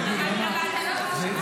תגיד לי.